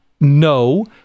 No